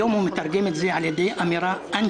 היום הוא מתרגם את זה לאמירה אנטישמית,